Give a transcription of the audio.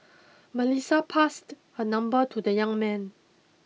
Melissa passed her number to the young man